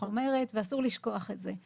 ואסור לשכוח את זה.